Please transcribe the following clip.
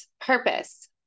Purpose